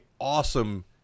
awesome